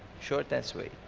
short and sweet.